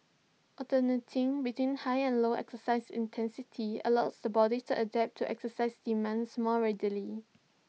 alternating between high and low exercise intensity allows the body to adapt to exercise demands more readily